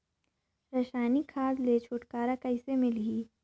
रसायनिक खाद ले छुटकारा कइसे मिलही?